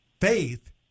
faith –